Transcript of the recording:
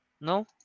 No